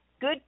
Good